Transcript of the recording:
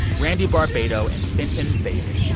randy barbato and fenton bailey,